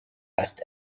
left